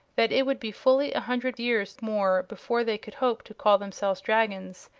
that it would be fully a hundred years more before they could hope to call themselves dragons,